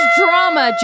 drama